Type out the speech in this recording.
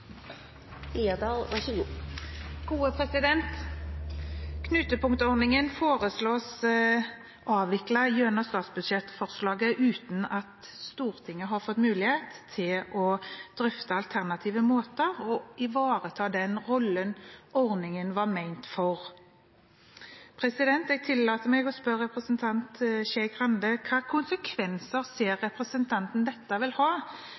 å drøfte alternative måter å ivareta den rollen ordningen var ment for. Jeg tillater meg å spørre representanten Skei Grande: Hvilke konsekvenser ser representanten at dette vil ha